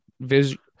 visual